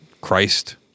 Christ